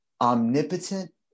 omnipotent